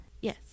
Yes